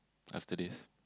after this